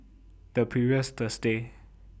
The previous Thursday